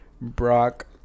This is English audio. Brock